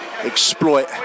exploit